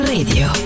Radio